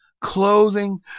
clothing